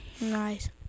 Nice